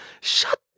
Shut